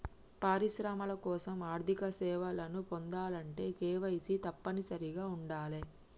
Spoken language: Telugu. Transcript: పరిశ్రమల కోసం ఆర్థిక సేవలను పొందాలంటే కేవైసీ తప్పనిసరిగా ఉండాలే